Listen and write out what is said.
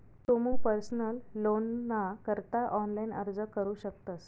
तुमू पर्सनल लोनना करता ऑनलाइन अर्ज करू शकतस